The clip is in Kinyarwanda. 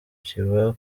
kiba